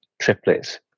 triplets